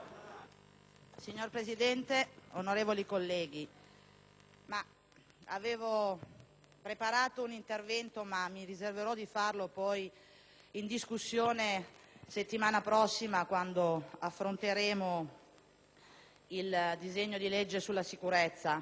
Signor Presidente, onorevoli colleghi, avevo preparato un intervento, ma mi riservo di farlo la settimana prossima quando affronteremo la discussione del disegno di legge sulla sicurezza.